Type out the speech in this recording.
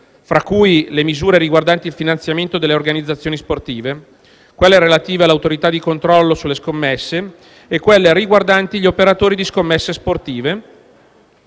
tra cui le misure riguardanti il finanziamento delle organizzazioni sportive, quelle relative alle autorità di controllo sulle scommesse e quelle riguardanti gli operatori di scommesse sportive,